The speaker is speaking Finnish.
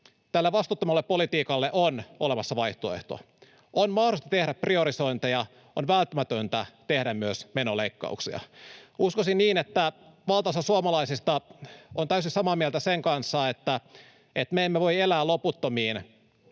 Tälle vastuuttomalle politiikalle on olemassa vaihtoehto. On mahdollista tehdä priorisointeja, on välttämätöntä tehdä myös menoleikkauksia. Uskoisin, että valtaosa suomalaisista on täysin samaa mieltä sen kanssa, että me emme voi elää loputtomiin